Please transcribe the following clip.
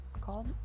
called